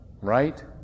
right